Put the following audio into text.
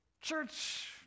church